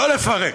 לא לפרק,